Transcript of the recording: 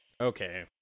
Okay